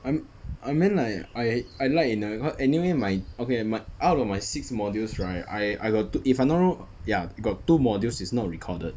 I'm I meant like I I like in a~ anyway my~ okay my~ out of my six modules right I I got tw~ if I'm not wrong ya got two modules is not recorded